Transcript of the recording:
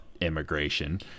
immigration